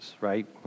right